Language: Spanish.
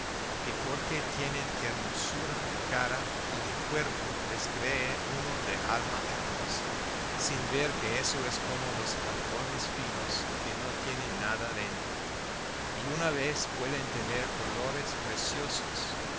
que porque tienen hermosura de cara y de cuerpo las cree uno de alma hermosa sin ver que eso es como los jarrones finos que no tienen nada dentro y una vez pueden tener olores preciosos